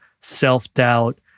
self-doubt